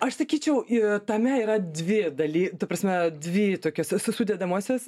aš sakyčiau tame yra dvi daly ta prasme dvi tokios sudedamosios